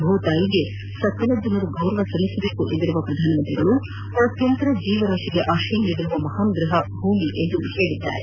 ಭೂತಾಯಿಗೆ ಸಕಲ ಜನರು ಗೌರವ ಸಲ್ಲಿಸಬೇಕು ಎಂದಿರುವ ಪ್ರಧಾನ ಮಂತ್ರಿ ಕೋಟ್ಯಾಂತರ ಜೀವರಾಶಿಗಳಿಗೆ ಆಶ್ರಯ ನೀಡಿರುವ ಮಹಾನ್ ಗ್ರಹ ಭೂಮಿ ಎಂದು ಹೇಳಿದ್ದಾರೆ